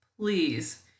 Please